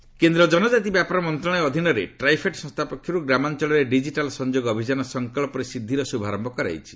ଟ୍ରାଇଫେଡ୍ କେନ୍ଦ୍ର ଜନକାତି ବ୍ୟାପାର ମନ୍ତ୍ରଣାଳୟ ଅଧୀନରେ ଟ୍ରାଇଫେଡ଼ ସଂସ୍ଥା ପକ୍ଷରୁ ଗ୍ରାମାଞ୍ଚଳରେ ଡିଜିଟାଲ୍ ସଂଯୋଗ ଅଭିଯାନ 'ସଂଙ୍କଚ୍ଚ ସେ ସିଦ୍ଧି'ର ଶୁଭାରମ୍ଭ କରାଯାଇଛି